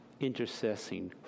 intercessing